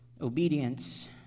obedience